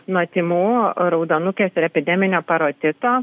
nuo tymų raudonukės epideminio parotito